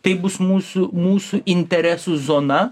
tai bus mūsų mūsų interesų zona